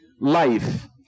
life